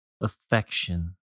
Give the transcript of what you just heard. affection